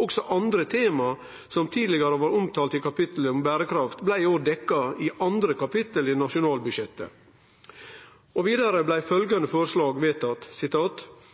Også andre temaer som tidligere var omtalt i kapitlet om bærekraft ble i år dekket i andre kapitler i Nasjonalbudsjettet.» Og vidare blei følgjande forslag vedtatt: